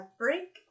break